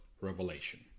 Revelation